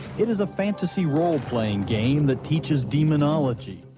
it is a fantasy role-playing game that teaches demonology,